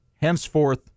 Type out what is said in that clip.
Henceforth